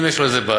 אם יש לו בעיה,